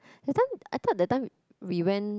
that time I thought that time we went